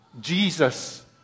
Jesus